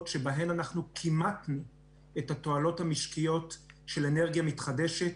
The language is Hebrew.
שבהם אנחנו כימתנו את התועלות המשקיות של אנרגיה מתחדשת,